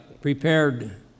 prepared